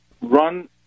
run